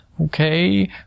Okay